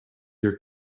your